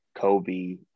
Kobe